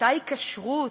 אותה היקשרות,